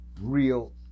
real